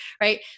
right